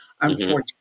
unfortunately